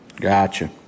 gotcha